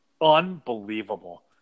unbelievable